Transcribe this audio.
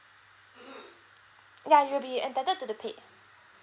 ya you'll be entitled to the paid